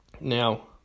Now